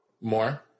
More